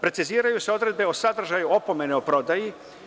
Preciziraju se odredbe o sadržaju opomene o prodaji.